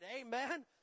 Amen